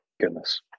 goodness